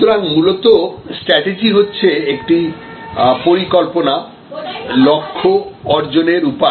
সুতরাং মূলত স্ট্র্যাটেজি হচ্ছে একটা পরিকল্পনা লক্ষ্য অর্জনের উপায়